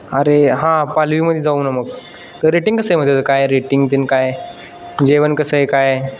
अरे हां पालवीमधे जाऊ ना मग रेटिंग कसं आहे मग त्याचं कसं काय रेटिंग काय रेटिंग काय जेवण कसं आहे काय